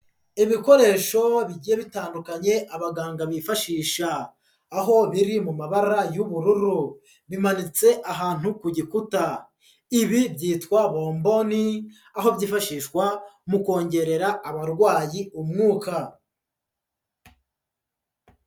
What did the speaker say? Ibikoresho bigiye bitandukanye abaganga bifashisha, aho biri mu mabara y'ubururu bimanitse ahantu ku gikuta, ibi byitwa bomboni aho byifashishwa mu kongerera abarwayi umwuka.